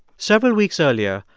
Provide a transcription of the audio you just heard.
several weeks earlier,